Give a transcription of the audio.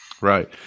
Right